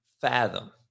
fathom